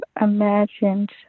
imagined